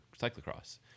cyclocross